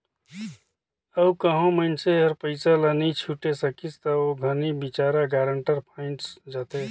अउ कहों मइनसे हर पइसा ल नी छुटे सकिस ता ओ घनी बिचारा गारंटर फंइस जाथे